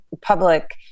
public